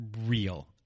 real